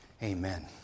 Amen